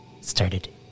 started